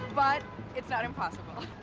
but it's not impossible.